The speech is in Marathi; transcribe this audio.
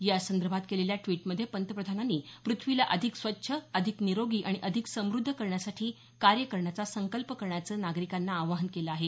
यासंदर्भात केलेल्या ड्वीटमध्ये पंतप्रधानांनी पृथ्वीला अधिक स्वच्छ अधिक निरोगी आणि अधिक समुद्ध करण्यासाठी कार्य करण्याचा संकल्प करण्याचं नागरिकांना आवाहन केलं आहे